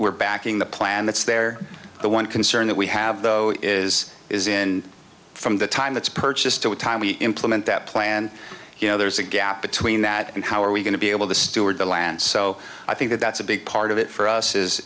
we're backing the plan that's there the one concern that we have though is is in from the time that's purchased or what time we implement that plan you know there's a gap between that and how are we going to be able to steward the land so i think that that's a big part of it for us is